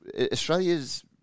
Australia's